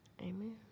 Amen